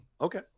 Okay